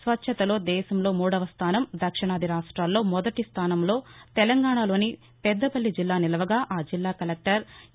స్వచ్చతాలో దేశంలో మూడో స్దానం దక్షిణాది రాష్ట్రాల్లో మొదటి స్దానంలో తెలంగాణ రాష్టంలోని పెద్దపల్లి జిల్లా నిలవగాఆ జిల్లా కలెక్షర్ ఏ